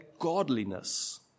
godliness